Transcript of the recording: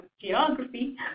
geography